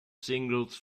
singles